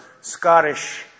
Scottish